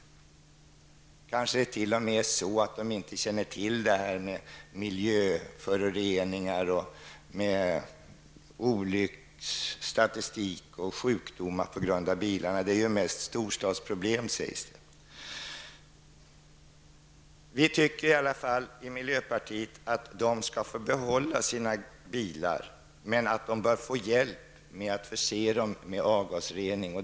Det kanske t.o.m. är så att de inte känner till detta med miljöföroreningar, olycksstatistik och sjukdomar på grund av bilarna -- det är ju mest storstadsproblem. Vi i miljöpartiet tycker i alla fall att de skall få behålla sina bilar men att de bör få hjälp med att förse dem med avgasrening.